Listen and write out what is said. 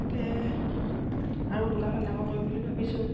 তাতে আৰু দোকানখন ডাঙৰ কৰিম বুলি ভাবিছোঁ